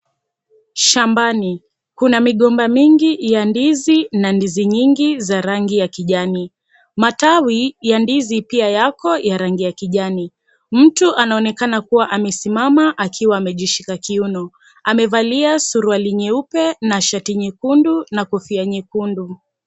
Shambani, kuna migomba mingi ya ndizi na ndizi nyingi za rangi ya kijani matawi ya ndizi pia yako ya rangi ya kijani, mtu anaonekana kuwa amesimama akiwa amejishika kiuno amevalia suruali nyeupe na shati nyekundu na kofia nyekundu.